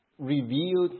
revealed